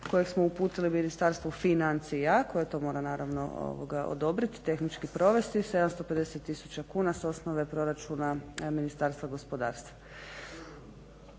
kojeg smo uputili u Ministarstvo financija koje to mora naravno odobriti i tehnički provesti, 750 tisuća kuna s osnove proračuna Ministarstva gospodarstva